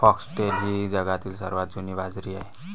foxtail ही जगातील सर्वात जुनी बाजरी आहे